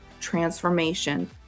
transformation